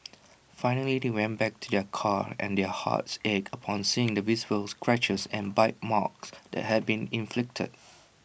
finally they went back to their car and their hearts ached upon seeing the visible scratches and bite marks that had been inflicted